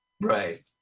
right